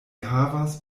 havas